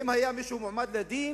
האם מישהו היה מועמד לדין?